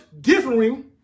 differing